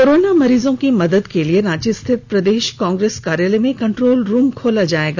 corona मरीजों की मदद के लिए रांची स्थित प्रदेश कांग्रेस कार्यालय में कंट्रोल रूम खोला जायेगा